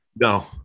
No